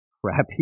crappy